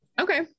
Okay